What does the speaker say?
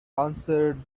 answered